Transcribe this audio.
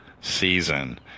season